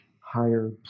higher